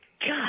god